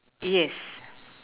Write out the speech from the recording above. yes